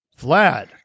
Vlad